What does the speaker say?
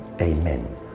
Amen